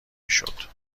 میشد